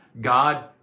God